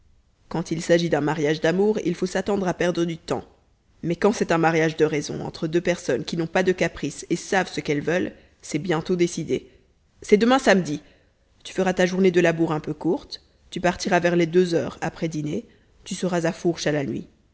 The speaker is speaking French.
quand il s'agit d'un mariage d'amour il faut s'attendre à perdre du temps mais quand c'est un mariage de raison entre deux personnes qui n'ont pas de caprices et savent ce qu'elles veulent c'est bientôt décidé c'est demain samedi tu feras ta journée de labour un peu courte tu partiras vers les deux heures après dîner tu seras à fourche à la nuit